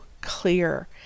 clear